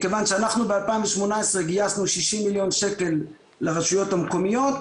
מכיוון שאנחנו ב-2018 גייסנו 60 מיליון שקל לרשויות המקומיות,